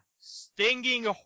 Stinging